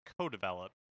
co-develop